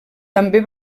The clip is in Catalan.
també